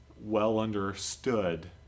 well-understood